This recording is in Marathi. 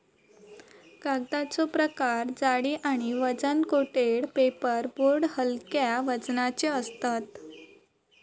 कागदाचो प्रकार जाडी आणि वजन कोटेड पेपर बोर्ड हलक्या वजनाचे असतत